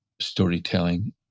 storytelling